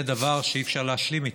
זה דבר שאי-אפשר להשלים איתו.